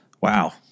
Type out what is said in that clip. wow